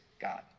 God